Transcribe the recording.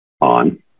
on